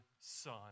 son